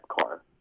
car